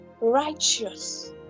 righteous